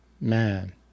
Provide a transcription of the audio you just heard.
Man